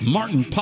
Martin